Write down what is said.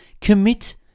Commit